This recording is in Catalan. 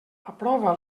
aprova